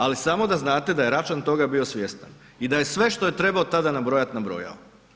Ali samo da znate da je Račan toga bio svjestan i da je sve što je trebao tada nabrojati, nabrojao.